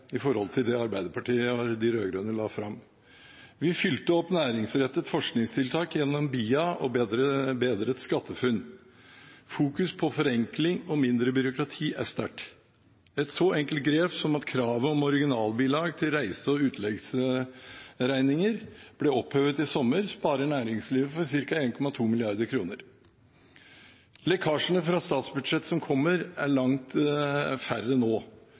i forhold til det Arbeiderpartiet og de rød-grønne la fram. Vi fylte opp næringsrettet forskningstiltak gjennom BIA og bedret SkatteFUNN. Fokuset på forenkling og mindre byråkrati er sterkt. Et så enkelt grep som at kravet om originalbilag til reise- og utleggsregninger ble opphevet i sommer, sparer næringslivet for ca. 1,2 mrd. kr. Lekkasjene fra statsbudsjettet som kommer, er langt færre nå,